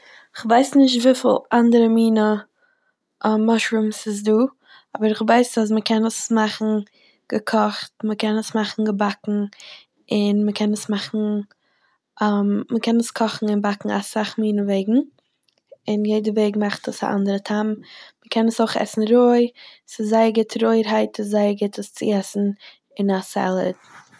כ'ווייס נישט וויפיל אנדערע מינע מאשרומס ס'איז דא, אבער איך ווייס אז מ'קען עס מאכן געקאכט, מ'קען עס מאכן געבאקן, און מ'קען עס מאכן מ'קען עס קאכן און באקן אסאך מינע וועגן, און יעדע וועג מאכט עס א אנדערע טעם, מ'קען עס אויך עסן רוי, ס'איז זייער גוט רויערהייט איז זייער גוט עס צו עסן אין א סעלעד.